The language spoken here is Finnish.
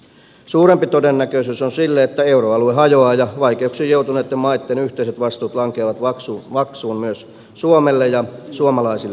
suurempi todennäköisyys on sille että euroalue hajoaa ja vai keuksiin joutuneitten maitten yhteiset vastuut lankeavat maksuun myös suomelle ja suomalaisille sijoittajille